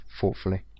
thoughtfully